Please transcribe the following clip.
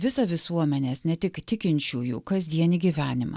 visą visuomenės ne tik tikinčiųjų kasdienį gyvenimą